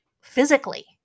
physically